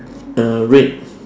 uh red